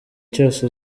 cyose